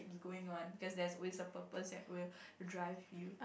is going on cause there will always a purpose that will drive you